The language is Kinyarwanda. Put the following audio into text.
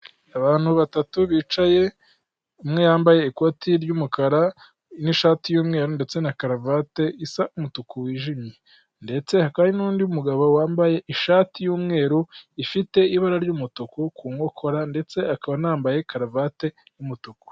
Abantu batatu bicaye umwe yambaye ikoti ry'umukara n'ishati y'umweru ndetse na karuvati umutuku wijimye ndetse nundi mugabo wambaye ishati y'umweru ifite ibara ry'umutuku ku nkokora ndetse akaba anambaye karuvati y'umutuku.